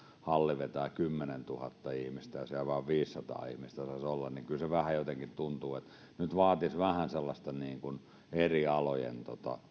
halli vetää kymmenentuhatta ihmistä ja siellä periaatteessa kuitenkin vain viisisataa ihmistä saisi olla niin kyllä se vähän jotenkin tuntuu että nyt vaadittaisiin vähän sellaista eri alojen